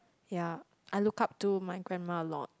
ya I look up to my grandma a lot